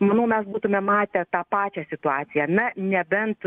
manau mes būtume matę tą pačią situaciją na nebent